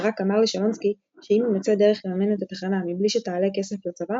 ברק אמר לשלונסקי שאם ימצא דרך לממן את התחנה מבלי שתעלה כסף לצבא,